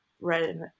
read